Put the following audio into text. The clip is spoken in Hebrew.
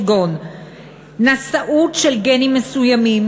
כגון נשאות של גנים מסוימים,